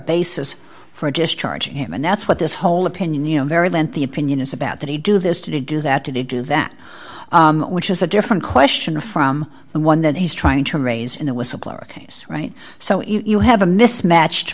basis for discharging him and that's what this whole opinion very lengthy opinion is about that he do this to do that to do that which is a different question from the one that he's trying to raise in a whistleblower case right so you have a mismatched